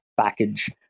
package